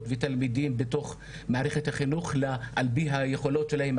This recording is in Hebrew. ותלמידים בתוך מערכת החינוך על פי היכולות שלהם,